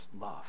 love